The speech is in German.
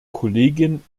kollegin